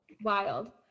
Wild